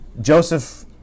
Joseph